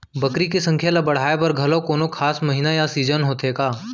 बकरी के संख्या ला बढ़ाए बर घलव कोनो खास महीना या सीजन होथे का?